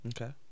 Okay